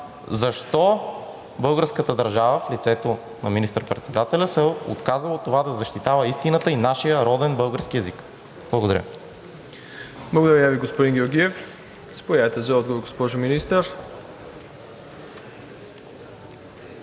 защо българската държава в лицето на министър-председателя се е отказала от това да защитава истината и нашия роден български език? Благодаря. ПРЕДСЕДАТЕЛ МИРОСЛАВ ИВАНОВ Благодаря Ви, господин Георгиев. Заповядайте за отговор, госпожо Министър.